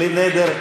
בלי נדר,